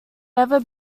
never